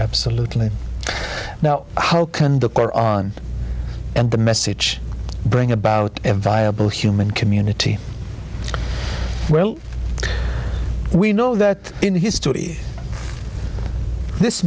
absolutely now how can the car on and the message bring about a viable human community well we know that in history this